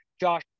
Josh